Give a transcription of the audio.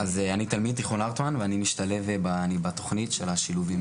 אני תלמיד תיכון הרטמן ואני בתכנית של השילובים.